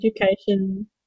education